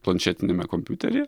planšetiniame kompiuteryje